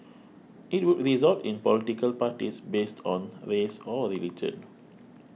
it would result in political parties based on race or religion